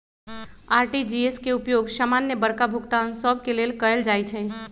RTGS के उपयोग समान्य बड़का भुगतान सभ के लेल कएल जाइ छइ